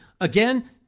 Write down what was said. Again